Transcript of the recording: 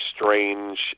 strange